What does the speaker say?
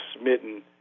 smitten –